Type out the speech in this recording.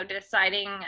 deciding